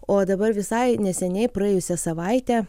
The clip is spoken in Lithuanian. o dabar visai neseniai praėjusią savaitę